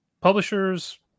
publishers